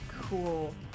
Cool